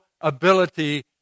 ability